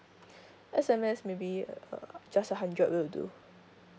S_M_S maybe just a hundred will do